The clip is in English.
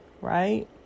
right